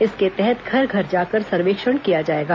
इसके तहत घर घर जाकर सर्वेक्षण किया जाएगा